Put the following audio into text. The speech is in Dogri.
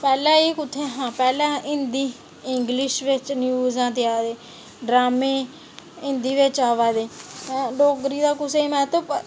पैह्लें एह् कुत्थें हा पैह्लें हिंदी इंगलिश बिच न्यूज़ देआ दे ड्रामें हिंदी बिच आवा दे डोगरी दा कुसै गी बी महत्व